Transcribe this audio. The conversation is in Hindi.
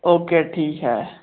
ओके ठीक है